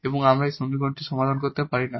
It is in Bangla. এবং আমরা এই সমীকরণটি সমাধান করতে পারি না